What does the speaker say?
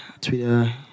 Twitter